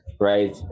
right